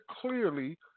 clearly